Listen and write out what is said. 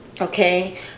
okay